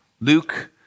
Luke